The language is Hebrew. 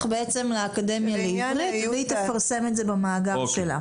לאקדמיה לעברית והיא תפרסם את זה במאגר שלה.